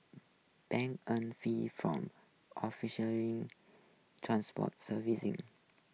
banks on fees from offering transport services